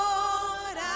Lord